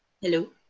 hello